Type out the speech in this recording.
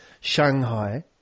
shanghai